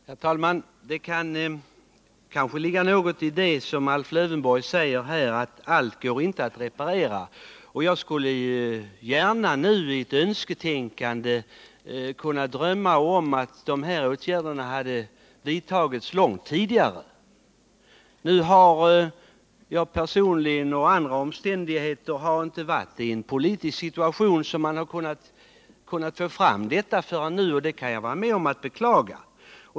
Herr talman! Det kan kanske ligga något i det som Alf Lövenborg säger här, att allt inte går att reparera. Jag skulle nu i ett önsketänkande gärna drömma om att de här åtgärderna hade vidtagits långt tidigare. Nu har vi på grund av andra omständigheter emellertid inte varit i en sådan politisk situation att vi har kunnat få fram detta förslag förrän nu, och det kan jag hålla med om är att beklaga.